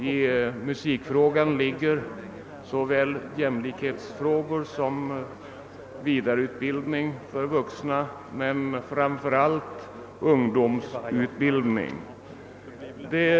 I musikutbildningen ligger såväl jämlikhetsfrågor som frågan om vidareutbildning för vuxna men framför alit problem beträffande ungdomsutbildningen.